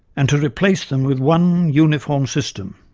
and to replace them with one uniform system.